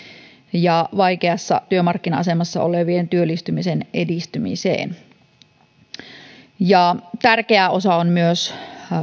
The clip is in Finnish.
ja vaikeassa työmarkkina asemassa olevien työllistymisen edistymiseen tärkeä osa on myös